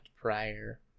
prior